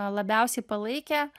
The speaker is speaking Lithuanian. labiausiai palaikė